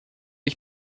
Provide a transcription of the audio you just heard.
ich